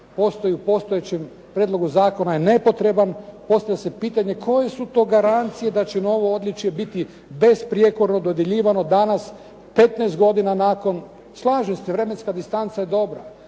postojećem prijedlogu zakona je nepotreban, postavlja se pitanje koje su to garancije da će novo odličje biti besprijekorno dodjeljivano danas 15 godina nakon, slažem se vremenska distanca je dobra.